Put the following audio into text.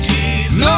Jesus